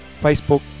Facebook